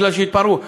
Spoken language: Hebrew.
בגלל שהתפרעו,